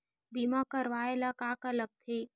बीमा करवाय ला का का लगथे?